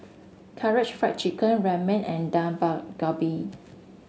Karaage Fried Chicken Ramen and Dak Galbi